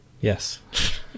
Yes